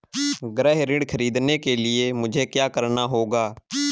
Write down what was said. गृह ऋण ख़रीदने के लिए मुझे क्या करना होगा?